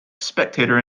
spectator